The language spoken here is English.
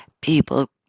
people